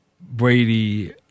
Brady